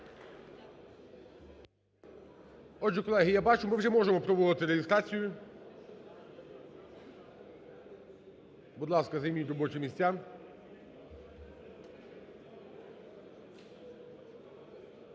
Отже, колеги, я бачу, ми вже можемо проводити реєстрацію. Будь ласка, займіть робочі місця.